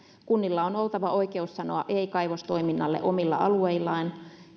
kunnilla on oltava oikeus sanoa ei kaivostoiminnalle omilla alueillaan